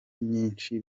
nyinshi